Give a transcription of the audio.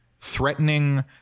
threatening